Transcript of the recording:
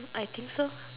I think so